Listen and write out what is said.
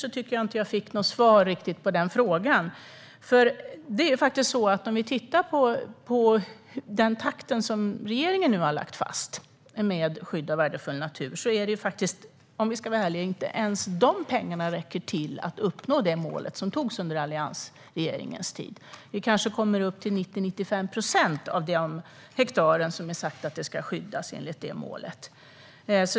Jag tycker inte att jag fick något riktigt svar på den frågan. Om vi ser till den takt som regeringen nu har lagt fast när det gäller skydd av värdefull natur ska vi vara ärliga och konstatera att inte ens de pengarna räcker till för att uppnå det mål som antogs under alliansregeringens tid. Vi kanske kommer upp till 90-95 procent av de hektar vi har sagt ska skyddas enligt målet.